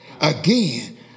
again